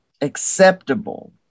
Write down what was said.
acceptable